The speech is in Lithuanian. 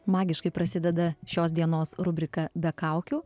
magiškai prasideda šios dienos rubrika be kaukių